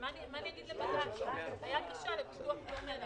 היה פה דיון סביב זה,